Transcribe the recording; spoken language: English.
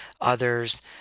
Others